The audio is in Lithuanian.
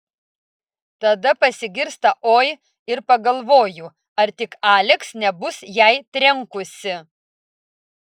tada pasigirsta oi ir pagalvoju ar tik aleks nebus jai trenkusi